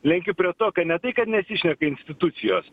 lenkiu prie to ka ne tai kad nesišneka institucijos